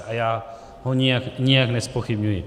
A já ho nijak nezpochybňuji.